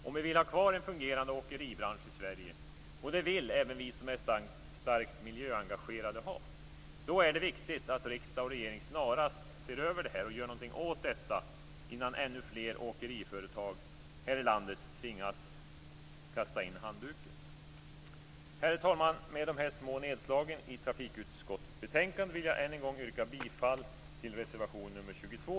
Om vi vill ha kvar en fungerande åkeribransch i Sverige, och det vill även vi som är starkt miljöengagerade ha, är det viktigt att riksdag och regering snarast ser över detta och gör något åt det innan ännu fler åkeriföretag här i landet tvingas kasta in handduken. Herr talman! Med dessa små nedslag i trafikutskottets betänkande vill jag än en gång yrka bifall till reservation nr 22.